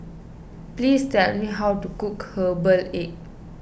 please tell me how to cook Herbal Egg